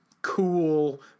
cool